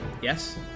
yes